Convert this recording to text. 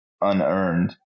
unearned